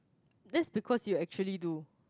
that's because you actually do